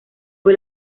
fue